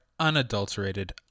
unadulterated